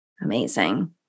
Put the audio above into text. Amazing